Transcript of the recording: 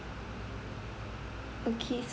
okay